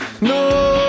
no